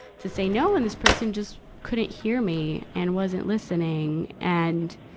to say no, and this person just couldn't hear me and wasn't listening. and,